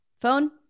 phone